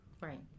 right